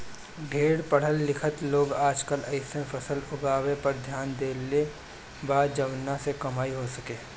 ढेर पढ़ल लिखल लोग आजकल अइसन फसल उगावे पर ध्यान देले बा जवना से कमाई हो सके